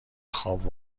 خواب